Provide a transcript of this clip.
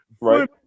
right